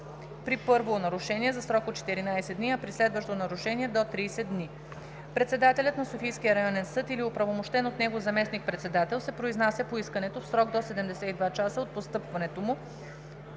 при първо нарушение за срок до 14 дни, а при следващо нарушение до 30 дни. Председателят на Софийския районен съд или оправомощен от него заместник-председател се произнася по искането в срок до 72 часа от постъпването му,